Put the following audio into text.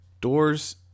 doors